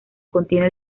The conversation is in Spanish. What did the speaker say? contiene